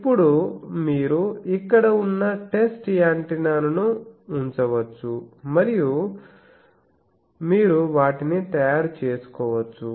ఇప్పుడు మీరు ఇక్కడ ఉన్న టెస్ట్ యాంటెన్నాను ఉంచవచ్చు మరియు మీరు వాటిని తయారు చేసుకోవచ్చు